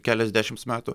keliasdešims metų